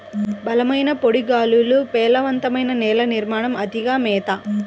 బలమైన పొడి గాలులు, పేలవమైన నేల నిర్మాణం, అతిగా మేత